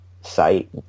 site